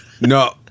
No